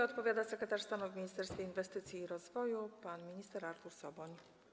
Odpowiada sekretarz stanu w Ministerstwie Inwestycji i Rozwoju pan minister Artur Soboń.